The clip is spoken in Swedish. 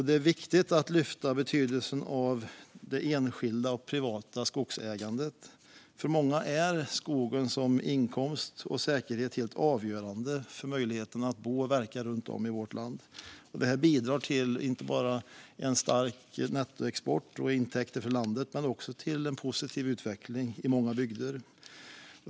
Det är viktigt att lyfta betydelsen av det enskilda och privata skogsägandet. För många är skogen som inkomst och säkerhet helt avgörande för möjligheten att bo och verka runt om i vårt land. Det bidrar inte bara till en stark nettoexport och intäkter för landet utan även till en positiv utveckling i många bygder.